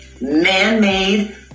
man-made